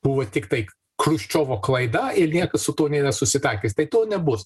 buvo tiktai chruščiovo klaida ir niekas su tuo nėra susitaikęs tai to nebus